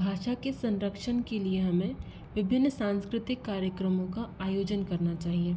भाषा के संरक्षण के लिए हमें विभिन्न सांस्कृतिक कार्यक्रमों का आयोजन करना चाहिए